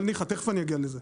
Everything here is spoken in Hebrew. אבל ניחא תכף אני אגיע לזה.